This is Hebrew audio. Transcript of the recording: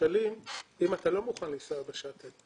שקלים אם אתה לא מוכן לנסוע בשאטל.